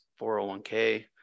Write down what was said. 401k